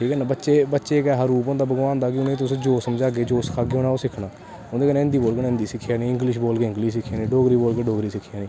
ठीक ऐ ना बच्चे इक ऐसा रूप होंदा भगवान दा कि उनें तुसजो समझागे जो सनागे उनैं ओह् सिक्खनां उंदे कन्नै हिन्दी बोलगे उनैं हिन्दी सिक्खी जानीं इंगलिश बोलगे इंगलिश सिक्खी जानी डोगरी बोलगे डोगरी सिक्खी जानी